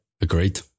agreed